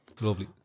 Lovely